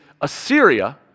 Assyria